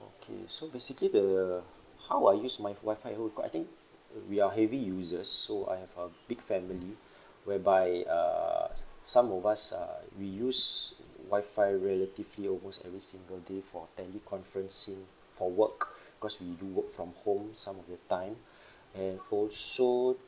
okay so basically the how I use my Wi-Fi at home I think we are heavy users so I have a big family whereby uh some of us uh we use Wi-Fi relatively almost every single day for teleconferencing for work because we do work from home some of the time and also